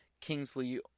Kingsley